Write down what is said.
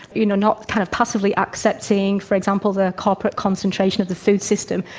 you know, not kind of passively accepting, for example, the corporate concentration of the food system,